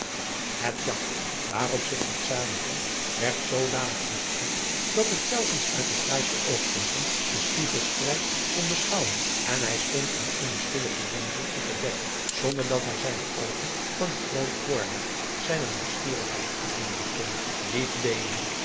het jagt waarop zich de czaar bevond werd zoodanig bestuurd dat het telkens uit de fraaiste oogpunten den spiegelstrijd kon beschouwen en hij stond in eene stille verwondering op het dek zonder dat hij zijne oogen van het groot voorwerp zijner nieuwsgierigheid afwenden kon diep deelende